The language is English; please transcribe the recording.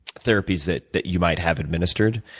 therapies that that you might have administered,